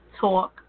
talk